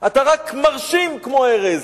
אתה רק מרשים כמו ארז,